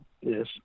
yes